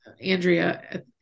andrea